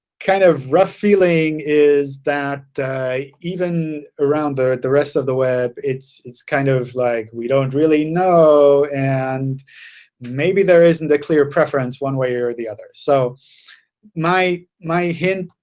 kind of rough feeling is that even around the rest of the web, it's it's kind of like we don't really know and maybe there isn't a clear preference one way or the other. so my my hint,